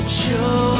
show